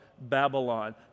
Babylon